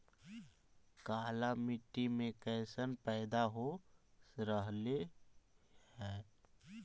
काला मिट्टी मे कैसन पैदा हो रहले है?